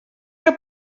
que